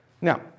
Now